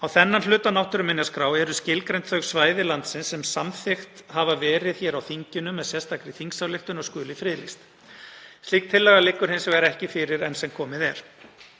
Á þennan hluta náttúruminjaskrár eru skilgreind þau svæði landsins sem samþykkt hafa verið hér á þinginu með sérstakri þingsályktun að skuli friðlýst. Slík tillaga liggur hins vegar ekki fyrir enn sem komið er.